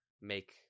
make